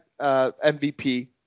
MVP